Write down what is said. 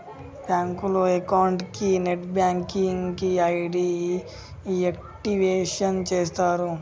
బ్యాంకులో అకౌంట్ కి net banking కి ఐడి యాక్టివేషన్ చేస్తరు